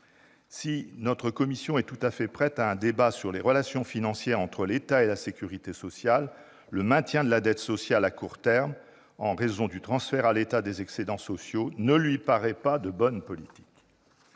Si notre commission est tout à fait prête à un débat sur les relations financières entre l'État et la sécurité sociale, le maintien de la dette sociale à court terme, en raison du transfert à l'État des excédents sociaux, ne lui paraît pas de bonne politique.